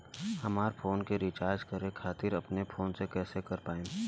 हमार फोन के रीचार्ज करे खातिर अपने फोन से कैसे कर पाएम?